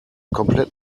komplett